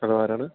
hello ആരാണ്